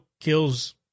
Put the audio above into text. kills